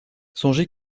songez